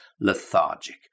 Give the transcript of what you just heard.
lethargic